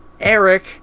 Eric